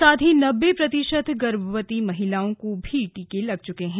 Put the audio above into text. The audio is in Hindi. साथ ही नब्बे प्रतिशत गर्भवती महिलाओं को भी टीके लग चुके हैं